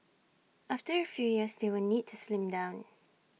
after A few years they will need to slim down